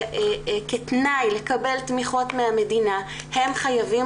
שכתנאי לקבל תמיכות מהמדינה הם חייבים